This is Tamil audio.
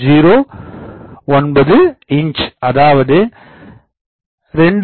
09 இன்ச் அதாவது 2